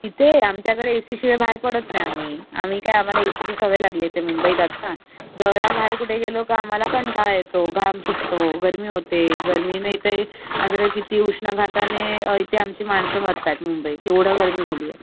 इथे आमच्याकडे ए सीशिवाय बाहेर पडत नाही आम्ही आम्ही काय आम्हाला ए सीची सवय लागली इथे मुंबईत आत्ता जरा बाहेर कुठे गेलो का आम्हाला कंटाळा येतो घाम सुटतो गरमी होते गरमीने इथे आमच्याकडे किती उष्माघाताने इथे आमची माणसं मरत आहेत मुंबईत एवढं गरमी झाली आहे